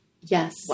Yes